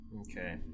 Okay